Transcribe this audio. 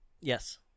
Yes